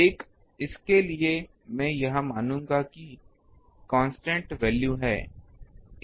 इस एक के लिए मैं यह मानूंगा कि यह कांस्टेंट वैल्यू है